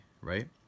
right